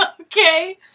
Okay